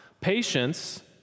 Patience